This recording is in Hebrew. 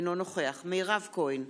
אינו נוכח מירב כהן,